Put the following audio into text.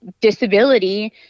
disability